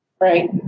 Right